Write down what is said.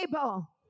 able